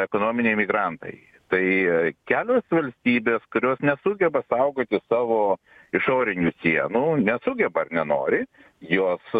ekonominiai migrantai tai kelios valstybės kurios nesugeba saugoti savo išorinių sienų nesugeba ar nenori jos